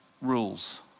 rules